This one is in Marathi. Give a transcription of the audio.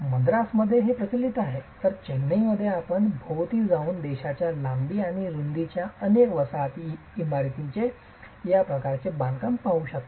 मद्रासमध्ये हे प्रचलित आहे तर चेन्नईमध्ये आपण भोवती जाऊन देशाच्या लांबी आणि रूंदीच्या अनेक वसाहती इमारतींमध्ये या प्रकारचे बांधकाम पाहू शकता